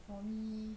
for me